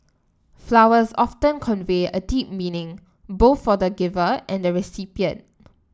flowers often convey a deep meaning both for the giver and the recipient